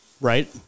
Right